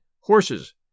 horses